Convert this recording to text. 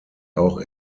auch